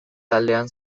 taldean